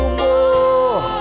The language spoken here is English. more